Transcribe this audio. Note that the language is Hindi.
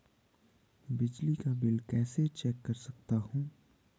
बिजली का बिल कैसे चेक कर सकता हूँ?